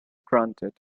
granted